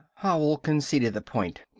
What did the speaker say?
howell conceded the point.